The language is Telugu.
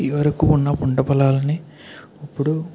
ఇది వరకు ఉన్న పంట పొలాల్ని ఇప్పుడూ